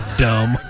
dumb